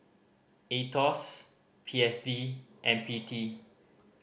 Aetos P S D and P T